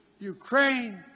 Ukraine